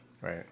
Right